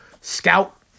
Scout